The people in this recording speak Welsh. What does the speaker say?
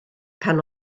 pan